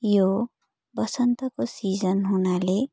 यो बसन्तको सिजन हुनाले